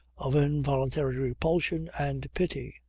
of involuntary repulsion and pity.